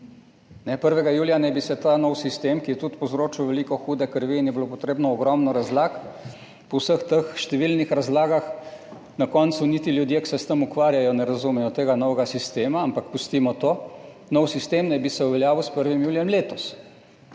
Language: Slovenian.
1. julija naj bi se [uveljavil] ta novi sistem, ki je tudi povzročil veliko hude krvi in je bilo potrebnih ogromno razlag, po vseh teh številnih razlagah na koncu niti ljudje, ki se s tem ukvarjajo, ne razumejo tega novega sistema, ampak pustimo to. Novi sistem naj bi se uveljavil s 1. julijem letos